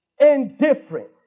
indifferent